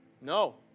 No